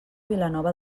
vilanova